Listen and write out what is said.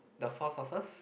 the four sources